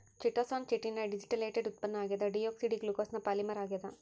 chitosan chitin ನ deacetylated ಉತ್ಪನ್ನ ಆಗ್ಯದ ಡಿಯೋಕ್ಸಿ ಡಿ ಗ್ಲೂಕೋಸ್ನ ಪಾಲಿಮರ್ ಆಗ್ಯಾದ